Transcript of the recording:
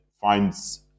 finds